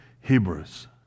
Hebrews